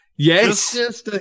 Yes